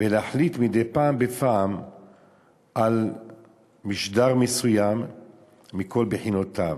ו'להחליט מדי פעם בפעם על משדר מסוים מכל בחינותיו'.